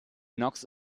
knocks